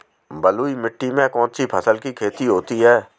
बलुई मिट्टी में कौनसी फसल की खेती होती है?